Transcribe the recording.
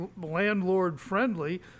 landlord-friendly